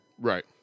Right